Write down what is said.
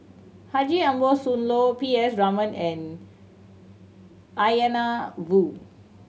Haji Ambo Sooloh P S Raman and Woo